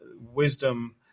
wisdom